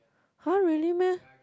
[huh] really meh